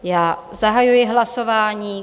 Já zahajuji hlasování.